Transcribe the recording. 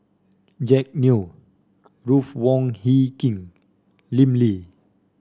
Jack Neo Ruth Wong Hie King Lim Lee